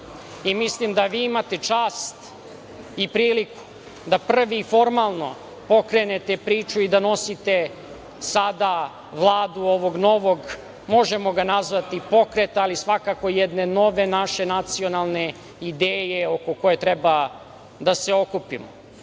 i mislim da vi imate čast i priliku da prvi formalno pokrenete priču i da nosite sada Vladu ovog novog, možemo ga nazvati, pokreta, ali svakako jedne nove naše nacionalne ideje oko koje treba da se okupimo.